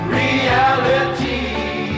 reality